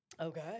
Okay